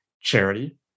charity